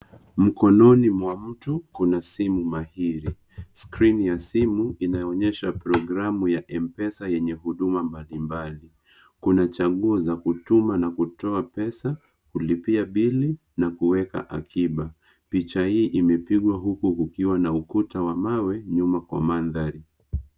Mkononi mwa mtu kuna simu mahiri. Skrini ya simu inaonyesha programu ya M-Pesa yenye huduma mbalimbali. Kuna chambuo za kutuma na kutoa pesa, kulipia bili na kuweka akiba. Picha hii imepigwa huku kukiwa na ukuta wa mawe nyuma kwa mandhari.